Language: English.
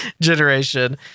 generation